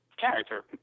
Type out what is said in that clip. character